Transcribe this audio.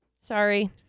Sorry